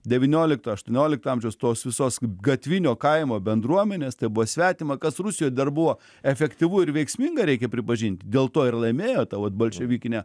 devyniolikto aštuoniolikto amžiaus tos visos gatvinio kaimo bendruomenės tai buvo svetima kas rusijoj dar buvo efektyvu ir veiksminga reikia pripažinti dėl to ir laimėjo ta va bolševikinė